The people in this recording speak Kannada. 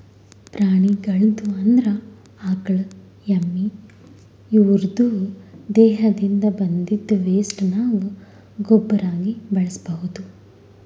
ಪ್ರಾಣಿಗಳ್ದು ಅಂದ್ರ ಆಕಳ್ ಎಮ್ಮಿ ಇವುದ್ರ್ ದೇಹದಿಂದ್ ಬಂದಿದ್ದ್ ವೆಸ್ಟ್ ನಾವ್ ಗೊಬ್ಬರಾಗಿ ಬಳಸ್ಬಹುದ್